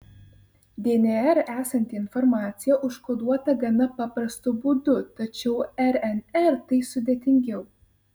dnr esanti informacija užkoduota gana paprastu būdu tačiau rnr tai sudėtingiau